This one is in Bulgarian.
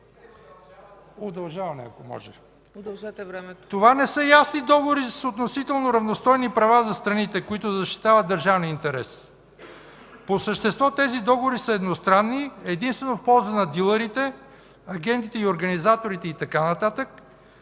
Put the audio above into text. Това не са ясни договори с относително равностойни права за страните, които защитават държавния интерес. По същество тези договори са едностранни, единствено в полза на дилърите, агентите и организаторите и така нататък